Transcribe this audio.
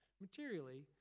materially